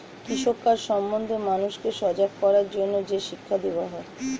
কৃষি কাজ সম্বন্ধে মানুষকে সজাগ করার জন্যে যে শিক্ষা দেওয়া হয়